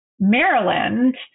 Maryland